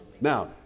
Now